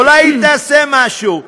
אולי היא תעשה משהו,